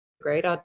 great